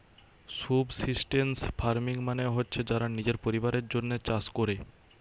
subsistence farming মানে হচ্ছে যারা নিজের পরিবারের জন্যে চাষ কোরে